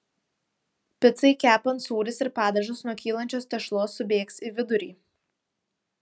picai kepant sūris ir padažas nuo kylančios tešlos subėgs į vidurį